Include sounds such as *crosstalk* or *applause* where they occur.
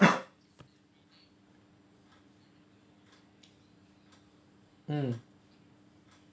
*coughs* mm